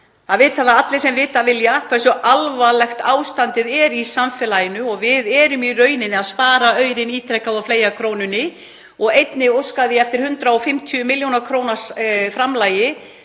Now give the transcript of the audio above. Það vita það allir sem vita vilja hversu alvarlegt ástandið er í samfélaginu og við erum í rauninni að spara aurinn ítrekað og fleygja krónunni. Einnig óskaði ég eftir 150 millj. kr. framlagi